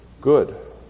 good